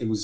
it was